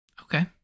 Okay